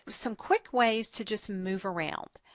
some quick ways to just move around.